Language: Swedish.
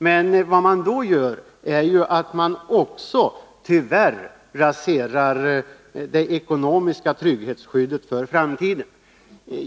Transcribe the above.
Men vad man då gör är tyvärr också att man raserar det ekonomiska skyddet för framtiden.